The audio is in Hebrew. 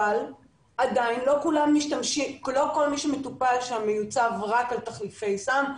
אבל עדיין לא כול מי שמטופל שם מיוצב רק על תחליפי סם,